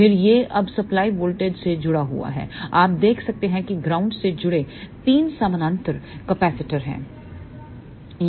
फिर यह अब सप्लाई वोल्टेज से जुड़ा हुआ है आप देख सकते हैं कि ग्राउंड से जुड़े 3 समानांतर कैपेसिटर हैं